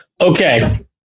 Okay